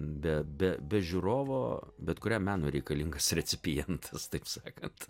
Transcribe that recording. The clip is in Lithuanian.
be be be žiūrovo bet kuriam menui reikalingas recipientas taip sakant